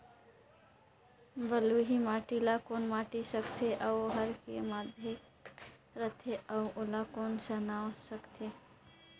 बलुही माटी ला कौन माटी सकथे अउ ओहार के माधेक राथे अउ ओला कौन का नाव सकथे?